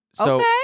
Okay